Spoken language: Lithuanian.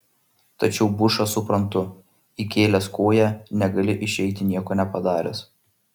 tačiau bušą suprantu įkėlęs koją negali išeiti nieko nepadaręs